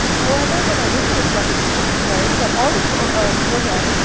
however, what i didn't like about the course was that all the, or the program,